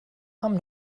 haben